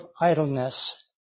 idleness